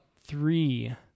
three